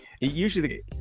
Usually